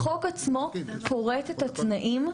החוק עצמו פורט את התנאים,